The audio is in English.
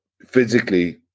physically